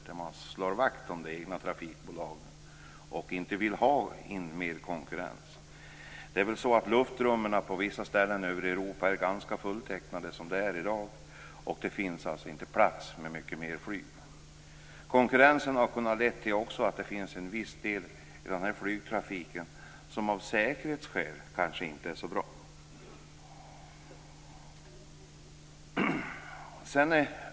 Där slår man vakt om de egna trafikbolagen och vill inte ha mer konkurrens. Det är väl så att luftrummet på vissa ställen över Europa är ganska fulltecknat som det är i dag, och det finns alltså inte plats för mycket mer flyg. Konkurrens har också kunnat leda till att det finns en del flygtrafik som kanske inte är så bra av säkerhetsskäl.